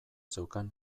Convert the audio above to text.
zeukan